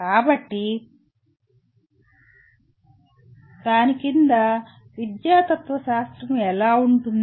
కాబట్టి దాని కింద విద్యా తత్వశాస్త్రం ఎలా ఉంటుంది